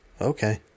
Okay